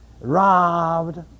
robbed